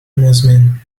مزمن